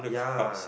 ya